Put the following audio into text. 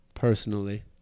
Personally